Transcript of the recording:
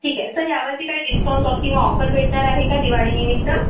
ठीक आहे सर यावरती काही डिस्काऊंट किंवा ऑफर भेटणार आहे का दिवाळीनिमित्त